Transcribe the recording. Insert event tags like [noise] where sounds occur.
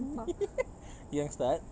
[laughs] you want to start